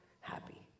Happy